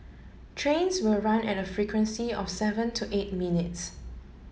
trains will run at a frequency of seven to eight minutes